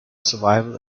survival